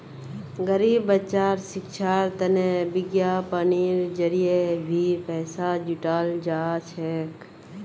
गरीब बच्चार शिक्षार तने विज्ञापनेर जरिये भी पैसा जुटाल जा छेक